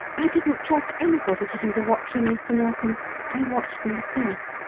i didn't trust anybody to do the watching, mr. narkom i watched myself.